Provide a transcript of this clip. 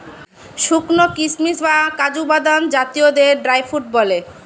শুকানো কিশমিশ বা কাজু বাদাম জাতীয়দের ড্রাই ফ্রুট বলে